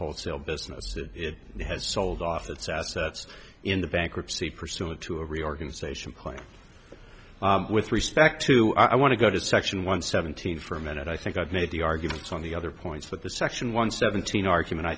wholesale business it has sold off its assets in the bankruptcy pursuant to a reorganization plan with respect to i want to go to section one seventeen for a minute i think i've made the arguments on the other points but the section one seventeen argument i